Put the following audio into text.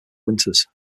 winters